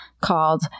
called